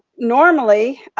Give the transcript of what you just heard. normally,